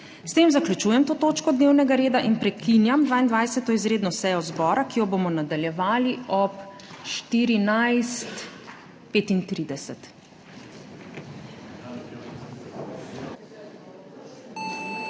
S tem zaključujem to točko dnevnega reda in prekinjam 22. izredno sejo zbora, ki jo bomo nadaljevali ob 14.35.